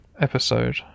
Episode